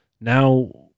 now